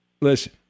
Listen